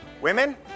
Women